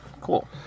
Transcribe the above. Cool